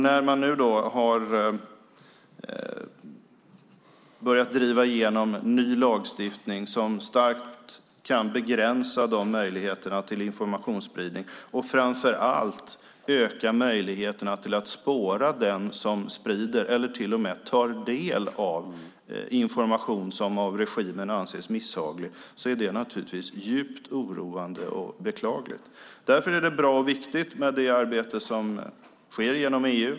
När man nu har börjat driva igenom ny lagstiftning som starkt kan begränsa möjligheterna till informationsspridning och öka möjligheterna att spåra den som sprider eller till och med tar del av information som av regimen anses misshaglig är det naturligtvis djupt oroande och beklagligt. Därför är det bra och viktigt med det arbete som sker inom EU.